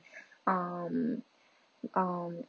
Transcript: um um